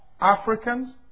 Africans